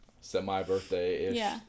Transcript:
semi-birthday-ish